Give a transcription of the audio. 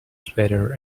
sweater